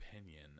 opinion